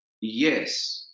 Yes